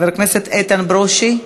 חבר הכנסת איתן ברושי,